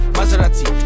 Maserati